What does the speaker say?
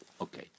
Okay